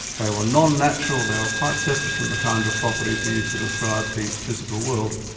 they were non-natural, they were quite separate from the kind of properties we use to describe the physical world.